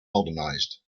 modernised